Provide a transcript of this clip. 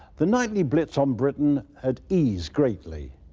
the nightly blitz on britain had eased greatly.